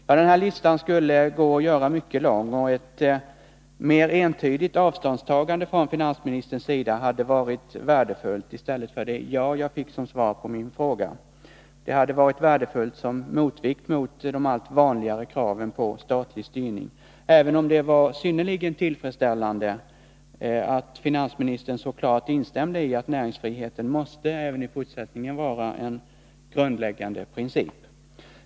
Ja, den här listan skulle kunna göras mycket lång, och ett mer entydigt avståndstagande från finansministerns sida än det ”ja” som jag fick på min fråga hade varit värdefullt som motvikt till de allt vanligare kraven på statlig styrning, även om det var synnerligen tillfredsställande att finansministern klart instämde i att näringsfriheten även i fortsättningen måste vara en grundläggande princip.